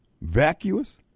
vacuous